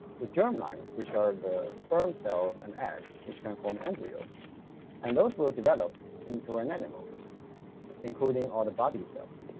the germ lines which are the sperm cells and eggs which can form embryos and those will develop into an animal including all the body cells.